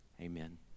Amen